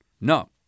No